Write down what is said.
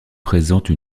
présente